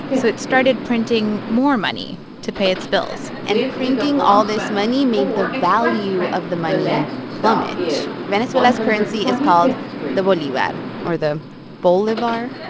so it started printing more money to pay its bills and printing all this money made the value of the money plummet. venezuela's currency is called the bolivar or the bolivar?